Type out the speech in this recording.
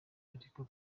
ariko